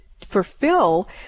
fulfill